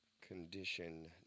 condition